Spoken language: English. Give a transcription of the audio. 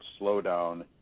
slowdown